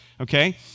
okay